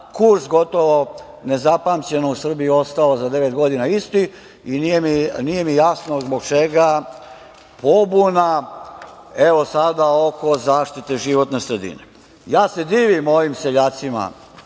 Kurs gotovo nezapamćeno u Srbiji ostao za devet godina isti. Nije mi jasno zbog čega pobuna, evo sada oko zaštite životne sredine. Ja se divim mojim seljacima,